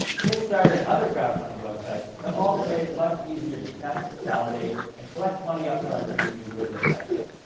kickstarter and other crowd-funding websites have also made it much easier to test, validate, and collect money upfront for your new business idea.